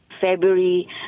February